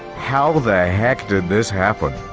how the heck did this happen?